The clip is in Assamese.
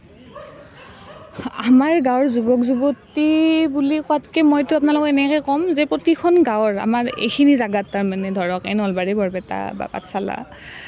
আমাৰ গাঁৱৰ যুৱক যুৱতী বুলি কোৱাতকৈ মইতো আপোনালোকক এনেকৈ ক'ম যে প্ৰতিখন গাঁৱৰ আমাৰ এইখিনি জেগাত তাৰমানে ধৰক এই নলবাৰী বৰপেটা বা পাঠশালা